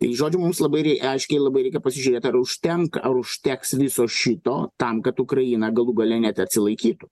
žodžiu mums labai rei aiškiai labai reikia pasižiūrėt ar užtenka ar užteks viso šito tam kad ukraina galų gale net atsilaikytų